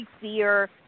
fear